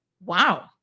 Wow